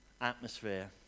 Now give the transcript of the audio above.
atmosphere